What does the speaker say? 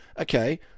okay